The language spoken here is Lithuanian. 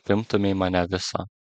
apimtumei mane visą